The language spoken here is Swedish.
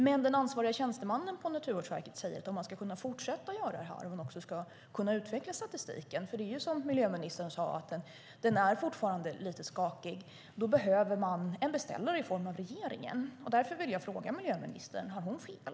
Men den ansvariga tjänstemannen på Naturvårdsverket säger att om man ska kunna fortsätta att göra det här och om man ska kunna utveckla statistiken - den är ju, som miljöministern sade, fortfarande lite skakig - behöver man en beställare i form av regeringen. Därför vill jag fråga miljöministern: Har hon fel?